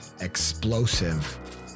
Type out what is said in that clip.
explosive